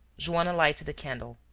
joanna lighted a candle.